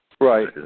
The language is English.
Right